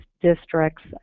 districts